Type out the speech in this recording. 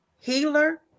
healer